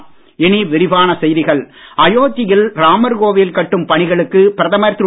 மோடி அயோத்தி அயோத்தியில் ராமர் கோவில் கட்டும் பணிகளுக்கு பிரதமர் திரு